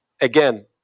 again